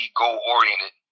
goal-oriented